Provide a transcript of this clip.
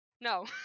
No